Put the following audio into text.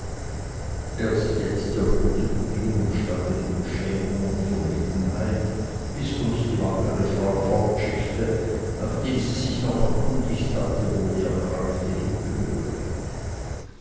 erst jetzt erröteten wir und standen in beschämung und verlegenheit bis uns die wackere frau fortschickte nachdem sie sich noch erkundigt hatte wo die erkrankte hingehöre